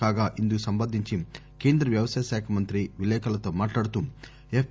కాగా ఇందుకు సంబంధించి కేంద్ర వ్యవసాయ శాఖా మంత్రి విలేకరులతో మాట్లాడుతూ ఎఫ్